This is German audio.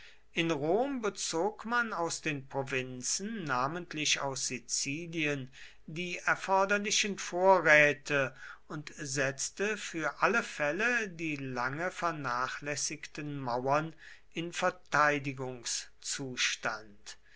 in rom bezog man aus den provinzen namentlich aus sizilien die erforderlichen vorräte und setzte für alle fälle die lange vernachlässigten mauern in